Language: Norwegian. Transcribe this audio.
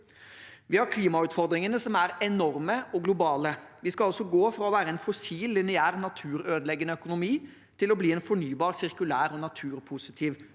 Vi har klimautfordringene, som er enorme og globale. Vi skal gå fra å være en fossil, lineær, naturødeleggende økonomi til å bli en fornybar, sirkulær og naturpositiv